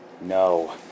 No